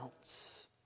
else